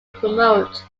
promote